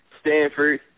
Stanford